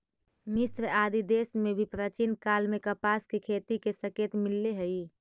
मिस्र आदि देश में भी प्राचीन काल में कपास के खेती के संकेत मिलले हई